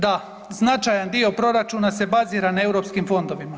Da, značajan dio proračuna se bazira na europskim fondovima.